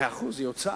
מאה אחוז, היא הוצאה,